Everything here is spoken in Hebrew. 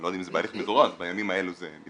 אני לא יודע אם זה בהליך מזורז בימים האלו זה מתבצע.